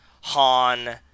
han